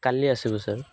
କାଲି ଆସିବୁ ସାର୍